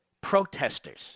Protesters